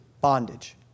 bondage